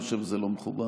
אני חושב שזה לא מכובד.